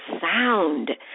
sound